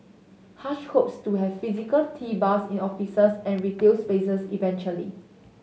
Hush hopes to have physical tea bars in offices and retail spaces eventually